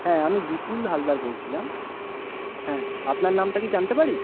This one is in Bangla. হ্যাঁ আমি বিপুল হালদার বলছিলাম হ্যাঁ আপনার নামটা কি জানতে পারি